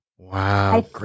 Wow